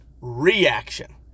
reaction